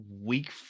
Week